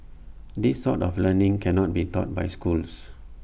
this sort of learning cannot be taught by schools